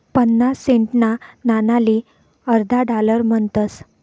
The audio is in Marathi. पन्नास सेंटना नाणाले अर्धा डालर म्हणतस